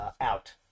out